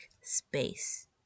space